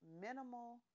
minimal